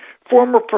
former